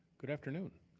good afternoon.